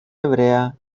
hebrea